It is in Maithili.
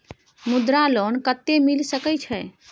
मुद्रा लोन कत्ते मिल सके छै?